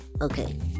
Okay